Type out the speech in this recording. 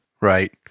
Right